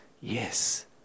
Yes